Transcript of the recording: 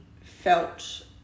felt